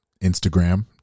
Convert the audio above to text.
Instagram